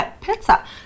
pizza